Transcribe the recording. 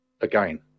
again